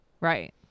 Right